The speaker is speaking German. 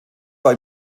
war